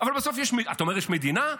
אבל בסוף, אתה אומר שיש מדינה?